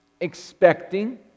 Expecting